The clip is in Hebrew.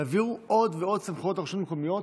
תעביר עוד ועוד סמכויות לרשות מקומיות.